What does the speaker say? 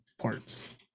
parts